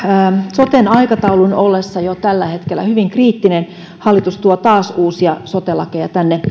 soten aikataulun ollessa tällä hetkellä jo hyvin kriittinen hallitus tuo taas uusia sote lakeja tänne